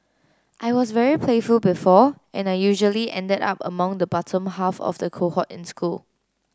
I was very playful before and I usually ended up among the bottom half of the cohort in school